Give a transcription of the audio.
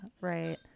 right